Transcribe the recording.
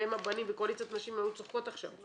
"אם הבנים" וקואליציית הנשים הן היו צוחקות עכשיו.